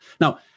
Now